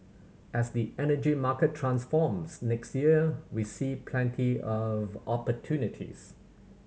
as the energy market transforms next year we see plenty of opportunities